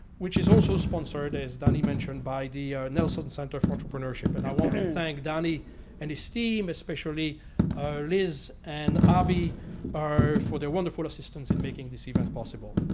which is also sponsored, as danny mentioned, by the nelson center for entrepreneurship. and i want to thank danny and his team, especially liz and abby for their wonderful assistance in making this even possible.